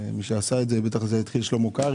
בטח התחיל לעשות את זה עוד שלמה קרעי.